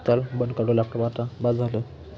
चल बंद करलो लॅपटॉप आता बस झालं